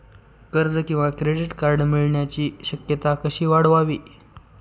कर्ज किंवा credit card मिळण्याची शक्यता कशी वाढवावी?